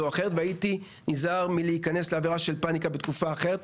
או אחרת ונזהר גם מלהיכנס לפאניקה בתקופת זמן כזו או אחרת.